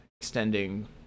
extending